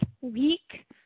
week